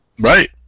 Right